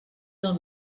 del